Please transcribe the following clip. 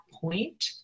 point